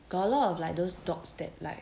got a lot like those dogs that like